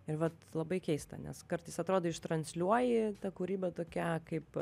ir vat labai keista nes kartais atrodo ištransliuoji ta kūryba tokia kaip